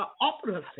Opera